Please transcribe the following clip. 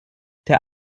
der